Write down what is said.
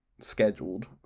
scheduled